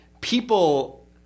people –